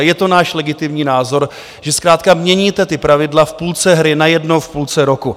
Je to náš legitimní názor, že zkrátka měníte pravidla v půlce hry, najednou v půlce roku.